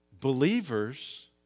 believers